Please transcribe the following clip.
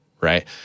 right